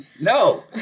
No